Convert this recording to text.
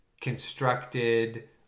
constructed